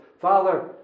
Father